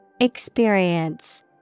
Experience